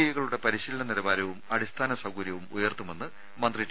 I കളുടെ പരിശീലന നിലവാരവും അടിസ്ഥാന സൌകര്യവും ഉയർത്തുമെന്ന് മന്ത്രി ടി